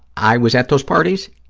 i was at those parties.